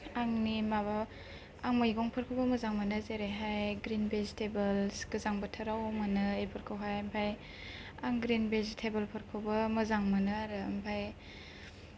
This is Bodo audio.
आंनि माबा आं मैगंफोरखौबो मोजां मोनो जेरैहाय ग्रिन भेजिटिभलस गोजां बोथोराव मोनो इफोरखौहाय ओमफाय आं ग्रिन भिजिटेभल फोरखौबो मोजां मोनो आरो ओमफाय